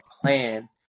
plan